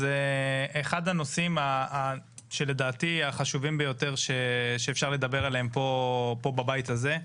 זה אחד הנושאים שלדעתי החשובים ביותר שאפשר לדבר עליהם פה בבית הזה.